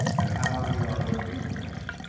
and how we are going to be comanche.